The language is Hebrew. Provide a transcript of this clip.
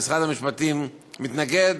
ומשרד המשפטים מתנגד,